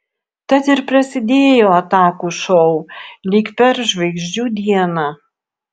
tad ir prasidėjo atakų šou lyg per žvaigždžių dieną